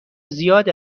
زیاد